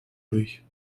durch